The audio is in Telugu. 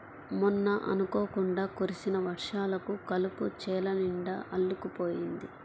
మొన్న అనుకోకుండా కురిసిన వర్షాలకు కలుపు చేలనిండా అల్లుకుపోయింది